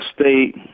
State